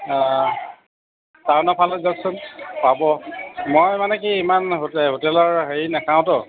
অ টাউনৰ ফালে যাওকচোন পাব মই মানে কি ইমান হোটেলৰ হেৰি নেখাওঁতো